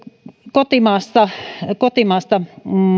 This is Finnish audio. kotimaassa kotimaassa